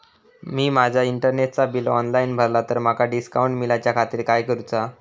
मी माजा इंटरनेटचा bill online भरला तर माका डिस्काउंट मिलाच्या खातीर काय करुचा?